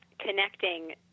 Connecting